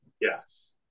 Yes